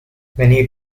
many